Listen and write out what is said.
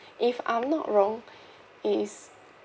if I'm not wrong is